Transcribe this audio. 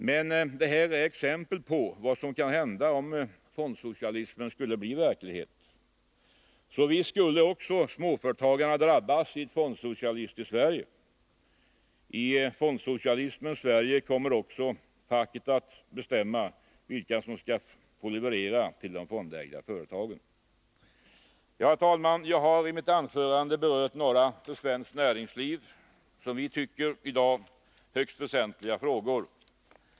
Men detta är exempel på vad som kan hända om fondsocialismen skulle bli verklighet. Visst skulle också småföretagare drabbas i ett fondsocialitiskt Sverige. I fondsocialismens Sverige kommer också facket att bestämma vilka som skall få leverera till de fondägda företagen. Herr talman! Jag har i mitt anförande berört några som vi tycker för svenskt näringsliv i dag högst väsentliga frågor.